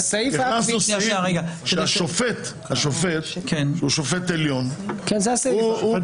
השופט של בית